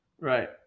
Right